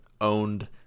owned